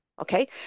Okay